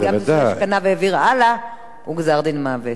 וגם של זה שקנה והעביר הלאה הוא גזר-דין מוות.